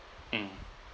mm